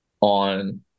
on